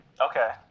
Okay